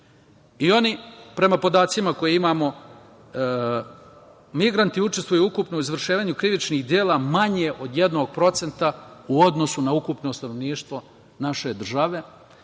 i oni prema podacima koje imamo, migranti učestvuju ukupno u izvršavanju krivičnih dela manje od 1% u odnosu na ukupno stanovništvo naše države,